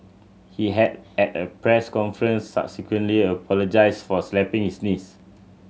he had at a press conference subsequently apologised for slapping his niece